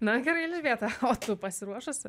nu ir gerai elžbieta o tu pasiruošusi